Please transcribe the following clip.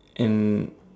and